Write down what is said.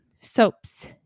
soaps